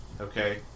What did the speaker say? Okay